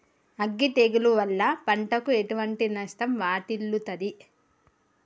అగ్గి తెగులు వల్ల పంటకు ఎటువంటి నష్టం వాటిల్లుతది?